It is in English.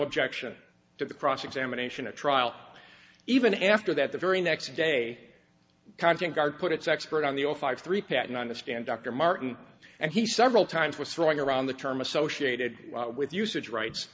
objection to the cross examination a trial even after that the very next day counting guard puts expert on the zero five three patent understand dr martin and he several times was throwing around the term associated with usage rights